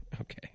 Okay